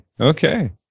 Okay